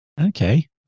Okay